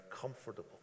comfortable